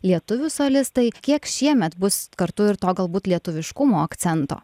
lietuvių solistai kiek šiemet bus kartu ir to galbūt lietuviškumo akcento